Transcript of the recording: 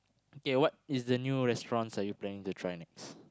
ya what is the new restaurants are you planning to try next